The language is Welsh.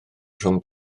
rhwng